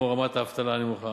כמו רמת האבטלה הנמוכה,